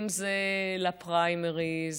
אם לפריימריז